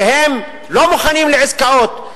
שהם לא מוכנים לעסקאות.